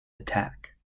attack